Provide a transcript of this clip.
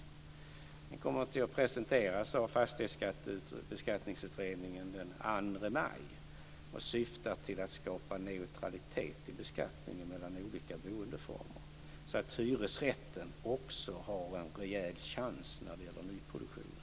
Den kommer att presenteras av Fastighetsbeskattningsutredningen den 2 maj och kommer att syfta till att skapa neutralitet i beskattningen mellan olika boendeformer, så att hyresrätten också har en rejäl chans när det gäller nyproduktionen.